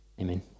Amen